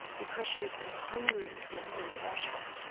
because she had been hungry in in russia.